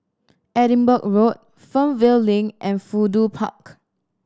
Edinburgh Road Fernvale Link and Fudu Park